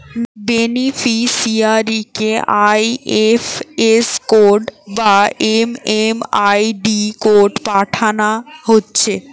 নন বেনিফিসিয়ারিকে IFS code বা MMID code পাঠানা হচ্ছে